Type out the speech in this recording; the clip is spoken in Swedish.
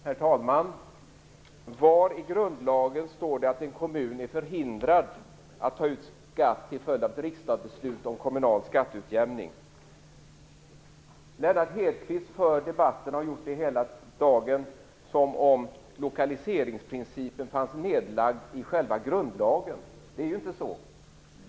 Herr talman! Var i grundlagen står det att en kommun är förhindrad att ta ut skatt till följd av ett riksdagsbeslut om kommunal skatteutjämning? Lennart Hedquist har hela dagen fört debatten som om lokaliseringsprincipen fanns fastlagd i själva grundlagen. Det är ju inte så.